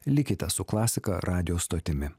likite su klasika radijo stotimi